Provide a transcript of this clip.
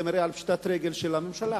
זה מראה על פשיטת רגל של הממשלה.